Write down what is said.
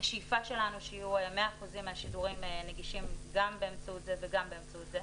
השאיפה שלנו שיהיו 100% מהשידורים נגישים גם באמצעות זה וגם באמצעות זה,